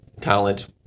talent